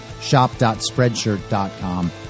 shop.spreadshirt.com